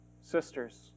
sisters